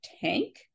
tank